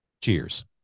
Cheers